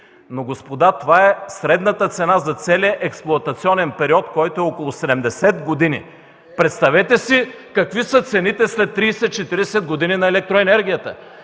Господа, това е средната цена за целия експлоатационен период, който е около 70 години. Представете си какви са цените след 30-40 години на електроенергията!